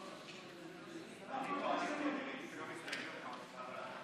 לא נתקבלה.